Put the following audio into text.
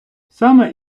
саме